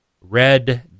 red